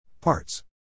Parts